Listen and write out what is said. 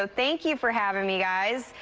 ah thank you for having me, guys.